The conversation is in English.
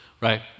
right